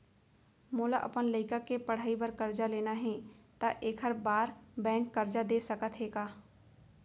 मोला अपन लइका के पढ़ई बर करजा लेना हे, त एखर बार बैंक करजा दे सकत हे का?